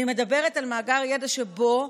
אני מדברת על מאגר ידע שבו